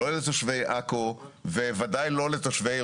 לא לתושבי עכו ובוודאי לא לתושבי ירושלים.